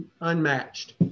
unmatched